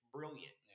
Brilliant